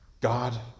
God